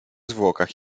zwłokach